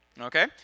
okay